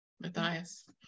Matthias